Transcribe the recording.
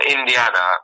Indiana